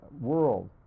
world